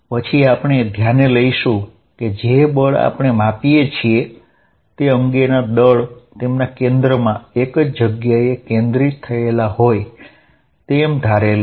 પછી આપણે ધ્યાને લઇશું કે જે બળ આપણે માપીએ છીએ તે અંગેના દળ તેમના કેન્દ્રમાં એક જ જગ્યાએ કેન્દ્રીત થયેલા હોય તેમ ધારેલું છે